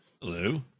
Hello